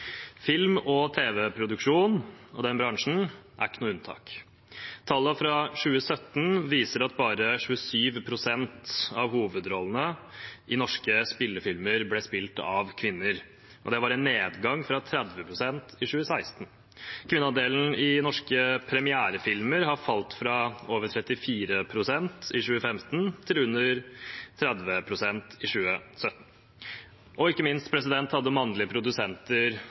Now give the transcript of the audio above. Film- og tv-dramaproduksjonsbransjen er ikke noe unntak. Tallene fra 2017 viser at bare 27 pst. av hovedrollene i norske spillefilmer ble spilt av kvinner. Det var en nedgang fra 30 pst. i 2016. Kvinneandelen i norske premierefilmer har falt fra over 34 pst. i 2015 til under 30 pst. i 2017. Ikke minst hadde mannlige produsenter